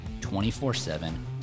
24-7